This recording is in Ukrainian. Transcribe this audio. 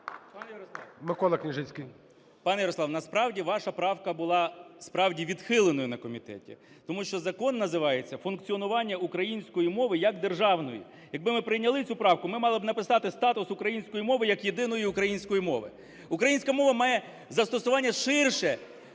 Пане Ярослав, насправді ваша правка була, справді, відхиленою на комітеті, тому що Закон називається "Функціонування української мови як державної". Якби ми прийняли цю правку, ми мали б написати "статус української мови як єдиної української мови". Українська мова має застосування ширше